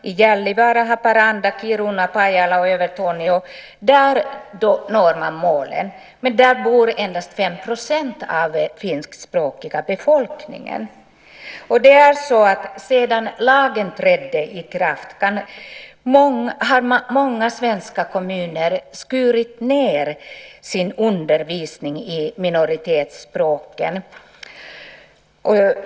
I Gällivare, Haparanda, Kiruna, Pajala och Övertorneå når man målen, men där bor endast 5 % av den finskspråkiga befolkningen. Sedan lagen trädde i kraft har många svenska kommuner skurit ned sin undervisning i minoritetsspråken.